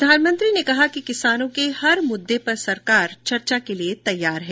प्रधानमंत्री ने कहा कि किसानों के हर मुददे पर सरकार चर्चा के लिए तैयार है